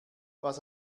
was